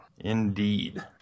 Indeed